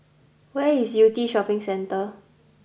where is Yew Tee Shopping Centre